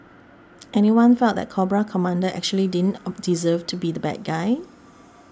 anyone felt that Cobra Commander actually didn't deserve to be the bad guy